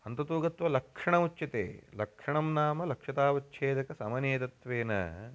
अन्ततो गत्वा लक्षणमुच्यते लक्षणं नाम लक्षतावच्छेदकसमनियतत्वेन